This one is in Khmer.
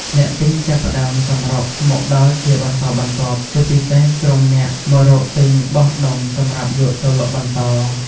អ្នកទិញចាប់ផ្ដើមសម្រុកមកដល់ជាបន្តបន្ទាប់ ជាពិសេសក្រុមអ្នកមករកទិញបោះដុំសម្រាប់យកទៅលក់បន្ត។